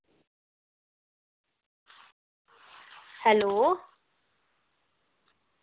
hello